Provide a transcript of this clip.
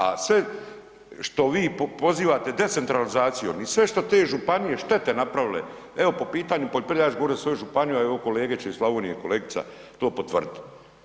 A sve što vi pozivate decentralizaciju i sve što su te županije štete napravile, evo po pitanju poljoprivrede, ja ću govoriti o svojoj županiji, evo kolege će iz Slavonije, kolegica to potvrditi.